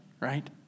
right